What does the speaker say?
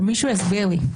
שמישהו יסביר לי.